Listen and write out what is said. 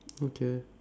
okay